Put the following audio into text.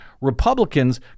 Republicans